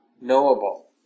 knowable